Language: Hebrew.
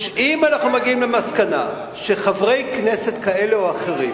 אם אנחנו מגיעים למסקנה שחברי כנסת כאלה או אחרים,